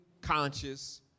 conscious